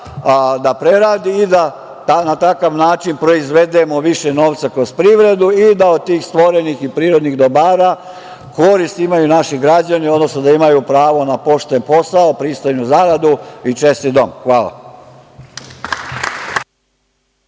da preradi i da na takav način proizvedemo više novca kroz privredu i da od tih stvorenih i prirodnih dobara korist imaju naši građani, odnosno da imaju pravo na pošten posao, pristojnu zaradu i čestit dom. Hvala.